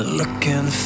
looking